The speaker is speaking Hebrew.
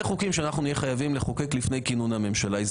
זה חוקים שאנחנו נהיה חייבים לחוקק לפני כינון הממשלה.